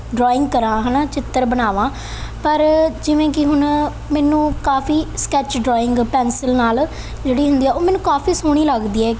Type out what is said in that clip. drawing ਕਰਾ ਹੈ ਨਾ ਚਿੱਤਰ ਬਣਾਵਾਂ ਪਰ ਜਿਵੇਂ ਕਿ ਹੁਣ ਮੈਨੂੰ ਕਾਫੀ ਸਕੈਚ ਡਰਾਇੰਗ ਪੈਨਸਿਲ ਨਾਲ ਜਿਹੜੀ ਹੁੰਦੀ ਆ ਉਹ ਮੈਨੂੰ ਕਾਫੀ ਸੋਹਣੀ ਲੱਗਦੀ ਹੈ